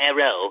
Arrow